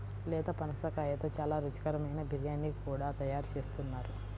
లేత పనసకాయతో చాలా రుచికరమైన బిర్యానీ కూడా తయారు చేస్తున్నారు